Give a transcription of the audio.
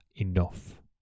enough